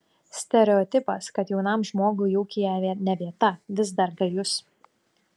stereotipas kad jaunam žmogui ūkyje ne vieta vis dar gajus